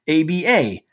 ABA